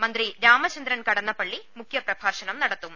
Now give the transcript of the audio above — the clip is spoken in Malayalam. മന്ത്രി രാമചന്ദ്രൻ കടന്നപ്പള്ളി മുഖ്യപ്രിഭാഷണം നടത്തും